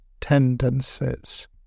tendencies